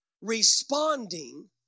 responding